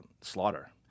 slaughter